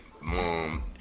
mom